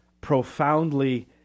profoundly